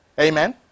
Amen